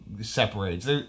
separates